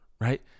right